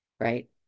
Right